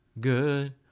good